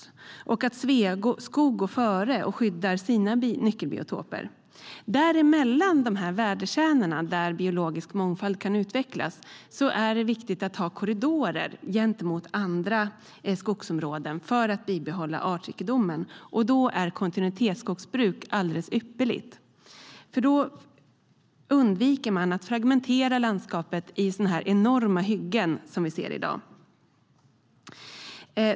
Vi vill att Sveaskog går före och skyddar sina nyckelbiotoper. Mellan dessa värdekärnor där biologisk mångfald kan utvecklas och andra skogsområden är det viktigt att ha korridorer för att bibehålla artrikedomen. Kontinuitetsskogsbruk är då alldeles ypperligt eftersom man undviker att fragmentera landskapet i de enorma hyggen vi ser i dag.